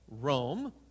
Rome